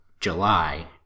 July